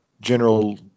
General